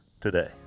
today